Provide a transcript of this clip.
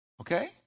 Okay